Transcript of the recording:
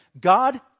God